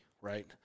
Right